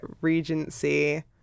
Regency